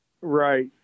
Right